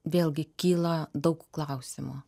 vėlgi kyla daug klausimų